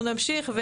אנחנו נמשיך,